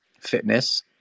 fitness